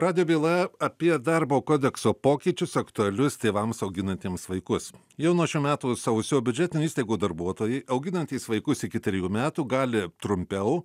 radijo byla apie darbo kodekso pokyčius aktualius tėvams auginantiems vaikus jau nuo šių metų sausio biudžetinių įstaigų darbuotojai auginantys vaikus iki trejų metų gali trumpiau